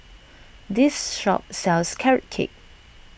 this shop sells Carrot Cake